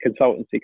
consultancy